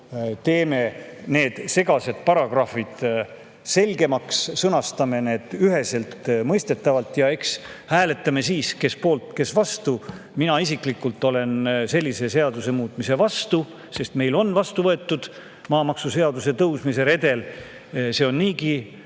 teeme need segased paragrahvid selgemaks, sõnastame need üheselt mõistetavalt ja eks hääletame siis, kes poolt, kes vastu. Mina isiklikult olen sellise seaduse muutmise vastu, sest meil on vastu võetud maamaksu tõusmise redel. See on niigi